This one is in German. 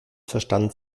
verstand